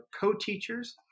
co-teachers